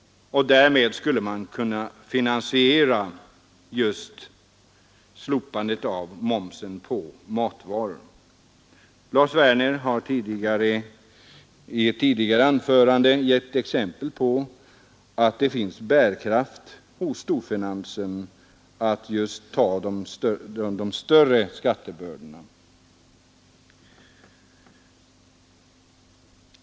Därmed skulle man kunna finansiera just slopandet av momsen på matvaror. Lars Werner har i ett tidigare anförande gett exempel på att det hos storfinansen finns bärkraft för de större skattebördorna.